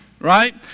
right